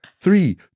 Three